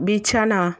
বিছানা